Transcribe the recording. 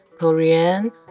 Korean